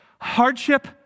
Hardship